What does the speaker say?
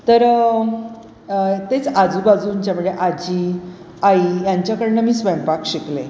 तर तेच आजूबाजूंच्या म्हणजे आजी आई यांच्याकडून मी स्वयंपाक शिकले